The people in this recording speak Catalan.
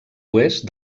oest